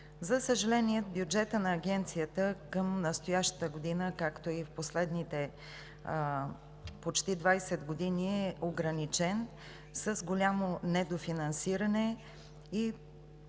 За съжаление, бюджетът на Агенцията към настоящата година, както и в последните почти 20 години е ограничен, с голямо недофинансиране, и